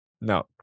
No